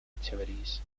activities